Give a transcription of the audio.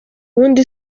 ubundi